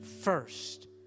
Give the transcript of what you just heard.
first